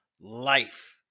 life